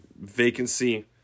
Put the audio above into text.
vacancy